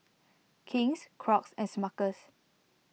King's Crocs and Smuckers